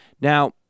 Now